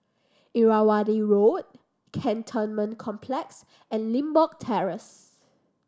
Irrawaddy Road Cantonment Complex and Limbok Terrace